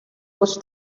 was